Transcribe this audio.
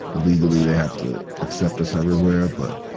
legally, they have to accept us everywhere, but